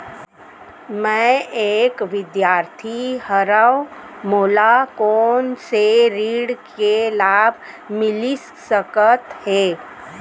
मैं एक विद्यार्थी हरव, मोला कोन से ऋण के लाभ मिलिस सकत हे?